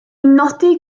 nodi